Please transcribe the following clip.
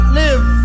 live